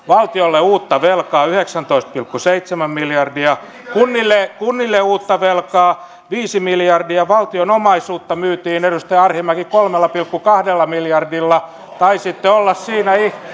valtiolle uutta velkaa yhdeksäntoista pilkku seitsemän miljardia kunnille kunnille uutta velkaa viisi miljardia valtion omaisuutta myytiin edustaja arhinmäki kolmella pilkku kahdella miljardilla taisitte olla siinä